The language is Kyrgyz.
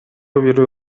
бирөө